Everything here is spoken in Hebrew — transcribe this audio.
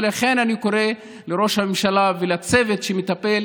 ולכן אני קורא לראש הממשלה ולצוות שמטפל